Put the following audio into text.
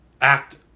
act